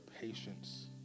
patience